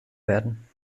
werden